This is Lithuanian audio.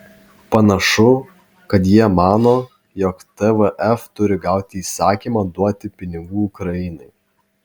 panašu kad jie mano jog tvf turi gauti įsakymą duoti pinigų ukrainai